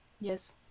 yes